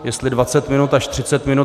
Jestli dvacet minut až třicet minut.